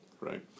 Right